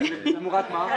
--- תמורת מה?